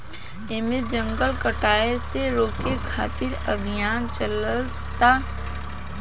एमे जंगल कटाये से रोके खातिर अभियान चलता